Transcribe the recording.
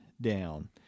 down